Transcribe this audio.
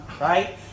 right